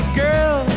girl